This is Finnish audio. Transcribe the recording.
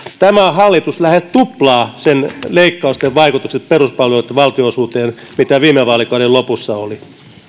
tämä hallitus lähes tuplaa leikkausten vaikutukset peruspalveluitten valtionosuuteen siitä mitä viime vaalikauden lopussa oli